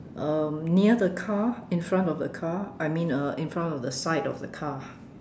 um near the car in front of the car I mean uh in front of the side of the car